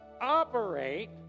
operate